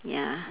ya